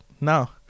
no